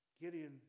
Gideon